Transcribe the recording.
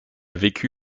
vécu